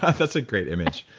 ah that's a great image.